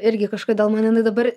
irgi kažkodėl man ji dabar